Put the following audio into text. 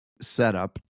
setup